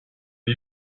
you